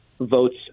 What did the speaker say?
votes